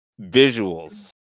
visuals